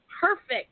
perfect